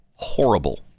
Horrible